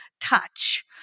touch